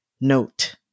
note